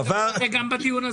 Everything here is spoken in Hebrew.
אתה יכול לדבר על זה גם בדיון הזה.